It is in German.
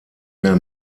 mehr